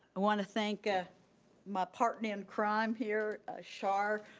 i want to thank ah my partner in crime here, shar.